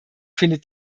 findet